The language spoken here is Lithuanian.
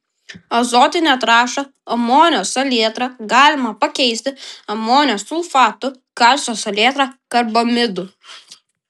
azotinę trąšą amonio salietrą galima pakeisti amonio sulfatu kalcio salietra karbamidu